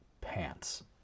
pants